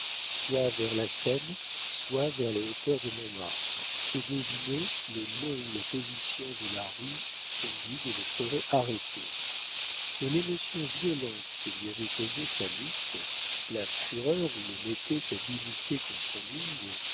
soit vers la seine soit vers les hauteurs de montmartre et deviner le nom ou la position de la rue où son guide le ferait arrêter mais l'émotion violente que lui avait causée sa lutte la fureur où le mettait sa dignité compromise